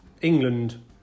England